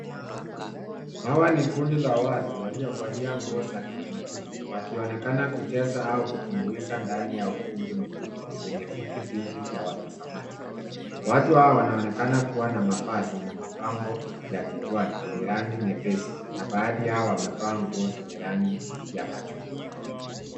Hawa ni kundi la watu waliovalia nguo za kitamaduni wakionekana kucheza au kutumbuiza ndani ya ukumbi mkubwa wenye viti vingi vya watazamaji. Watu hawa wanaonekana kuwa na mavazi na mapambo ya kichwani yenye rangi nyepesi. Na baadhi yao wamevaa nguo zenye rangi ya machungwa.